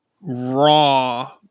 raw